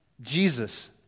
Jesus